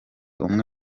umwe